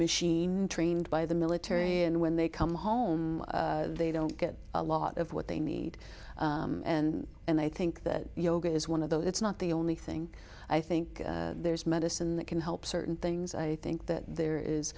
machine trained by the military and when they come home they don't get a lot of what they need and i think that yoga is one of those it's not the only thing i think there's medicine that can help certain things i think that there is